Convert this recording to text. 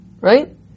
Right